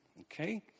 Okay